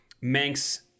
Manx